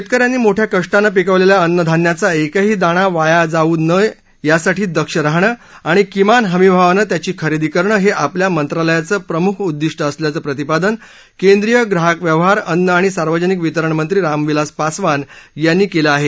शेतकऱ्यांनी मोठ्या कष्टानं पिकवलेल्या अन्नधान्याचा एकही दाणा वाया जाऊ नये यासाठी दक्ष राहणं आणि किमान हमीभावानं त्याची खरेदी करणं हे आपल्या मंत्रालयाचं प्रमुख उद्दिष्ट असल्याचं प्रतिपादन केंद्रीय ग्राहक व्यवहार अन्न आणि सार्वजनिक वितरणमंत्री रामविलास पासवान यांनी केलं आहे